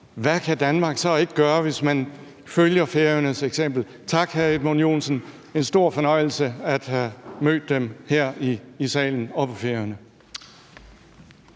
hvad kan Danmark så ikke gøre, hvis man følger Færøernes eksempel? Tak, hr. Edmund Joensen. Det er en stor fornøjelse at have mødt Dem her i salen og på Færøerne.